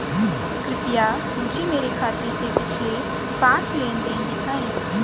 कृपया मुझे मेरे खाते से पिछले पांच लेनदेन दिखाएं